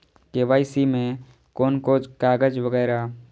KYC में कोन कोन कागज वगैरा?